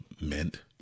meant